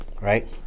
right